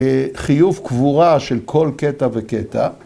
‫חיוב קבורה של כל קטע וקטע.